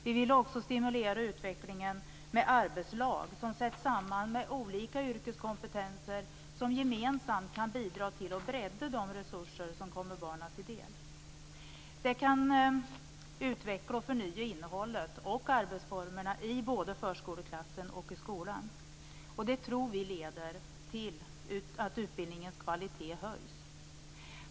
Vi vill också stimulera utvecklingen med arbetslag som sätts samman av olika yrkeskompetenser som gemensamt kan bidra till att bredda de resurser som kommer barnen till det. Det kan utveckla och förnya innehållet och arbetsformerna i både förskoleklassen och skolan. Det tror vi leder till att utbildningens kvalitet höjs.